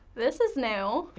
this is new.